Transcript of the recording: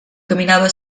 caminava